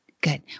Good